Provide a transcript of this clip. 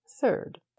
third